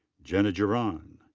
jenna giron.